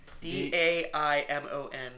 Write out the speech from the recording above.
D-A-I-M-O-N